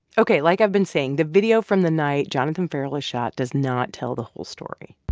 ok. like i've been saying, the video from the night jonathan ferrell was shot does not tell the whole story.